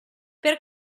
per